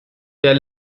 der